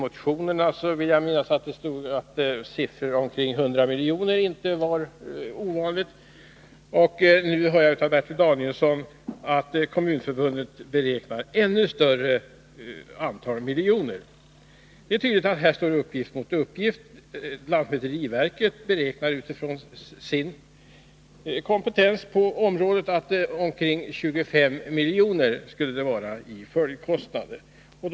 Jag vill minnas att i motionerna belopp omkring 100 milj.kr. inte varit ovanliga. Nu hör jag av Bertil Danielsson att Kommunförbundet beräknar ett ännu större antal miljoner. Det är tydligt att uppgift här står mot uppgift. Lantmäteriverket beräknar utifrån sin kompetens på området att det skulle bli omkring 25 milj.kr. i följdkostnader.